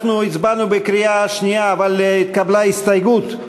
אנחנו הצבענו בקריאה שנייה אבל התקבלה הסתייגות,